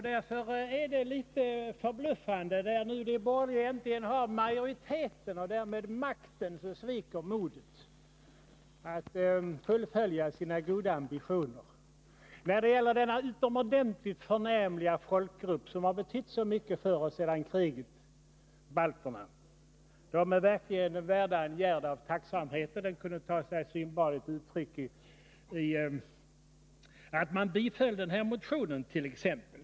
Därför är det litet förbluffande att när de borgerliga nu äntligen har majoriteten och därmed makten, sviker modet att fullfölja de goda ambitionerna då det gäller denna utomordentligt förnämliga folkgrupp, balterna, som betytt så mycket för oss sedan kriget. Balterna är verkligen värda en gärd av tacksamhet, och den kunde ta sig synbarligt uttryck i att man t.ex. biföll den motion som föreligger.